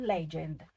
Legend